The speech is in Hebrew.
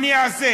המאגר.